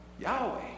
Yahweh